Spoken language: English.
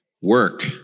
Work